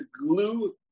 glue